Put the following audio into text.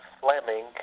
Fleming